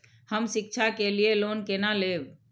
हम शिक्षा के लिए लोन केना लैब?